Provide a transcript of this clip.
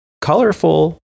colorful